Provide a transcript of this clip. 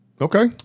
Okay